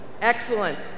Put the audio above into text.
Excellent